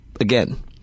again